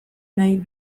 nahi